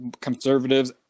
conservatives